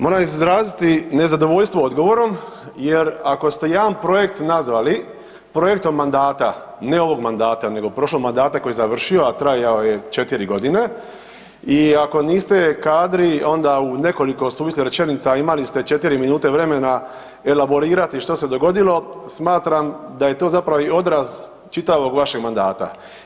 Moram izraziti nezadovoljstvo odgovorom jer ako ste jedan projekt nazvali projektom mandata, ne ovog mandata nego prošlog mandata koji je završio, a trajao je 4 godine i ako niste kadri onda u nekoliko suvislih rečenica, a imali ste 4 minute vremena elaborirati što se dogodilo smatram da je to zapravo i odraz čitavog vašeg mandata.